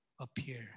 appear